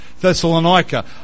thessalonica